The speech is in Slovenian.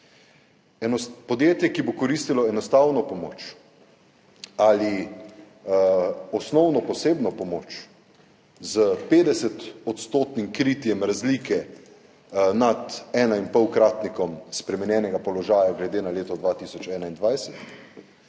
podjetje, ki bo koristilo enostavno pomoč ali osnovno posebno pomoč s 50-odstotnim kritjem razlike nad enainpolkratnikom spremenjenega položaja glede na leto 2021,